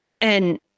And-